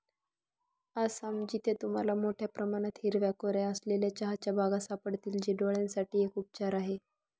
आसाम, जिथे तुम्हाला मोठया प्रमाणात हिरव्या कोऱ्या असलेल्या चहाच्या बागा सापडतील, जे डोळयांसाठी एक उपचार आहे